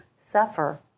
suffer